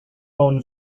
own